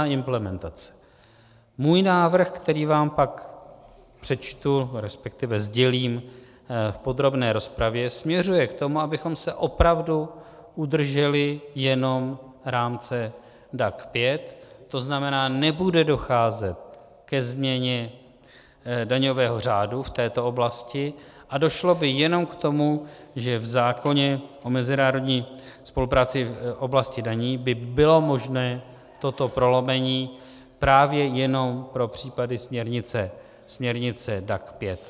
Můj návrh, který vám pak přečtu, resp. sdělím v podrobné rozpravě, směřuje k tomu, abychom se opravdu drželi jenom rámce DAC 5, to znamená, nebude docházet ke změně daňového řádu v této oblasti a došlo by jenom k tomu, že v zákoně o mezinárodní spolupráci v oblasti daní by bylo možné toto prolomení právě jenom pro případy směrnice DAC 5.